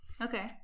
Okay